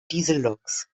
dieselloks